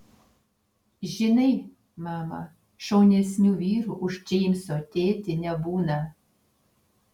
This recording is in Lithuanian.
žinai mama šaunesnių vyrų už džeimso tėtį nebūna